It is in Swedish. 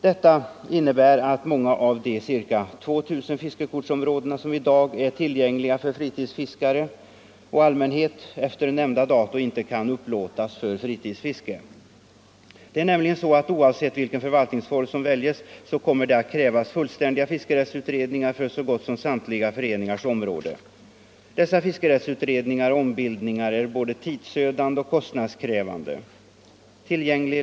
Detta innebär att många av de ca 2000 fiskekortsområden, som i dag är tillgängliga för fritidsfiskare och allmänhet, efter nämnda datum inte kan upplåtas för fritidsfiske. Oavsett vilken förvaltningsform som väljs kommer det nämligen att krävas fullständiga fiskerättsutredningar för så gott som samtliga föreningars områden. Dessa fiskerättsutredningar och ombildningar är både tidsödande och kostnadskrävande.